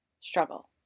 struggle